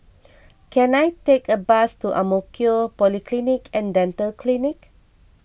can I take a bus to Ang Mo Kio Polyclinic and Dental Clinic